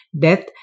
death